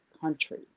country